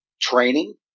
training